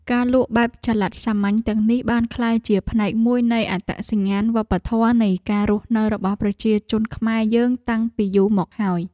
ការលក់បែបចល័តសាមញ្ញទាំងនេះបានក្លាយជាផ្នែកមួយនៃអត្តសញ្ញាណវប្បធម៌នៃការរស់នៅរបស់ប្រជាជនខ្មែរយើងតាំងពីយូរមកហើយ។